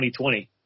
2020